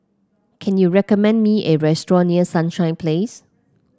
can you recommend me a restaurant near Sunshine Place